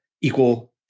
equal